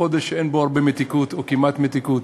חודש שאין בו הרבה מתיקות, או כמעט מתיקות.